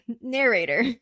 narrator